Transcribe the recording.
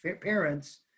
parents